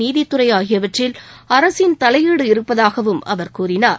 நீதித்துறை ஆகியவற்றில் அரசின் தலையீடு இருப்பதாகவும் அவர் கூறினார்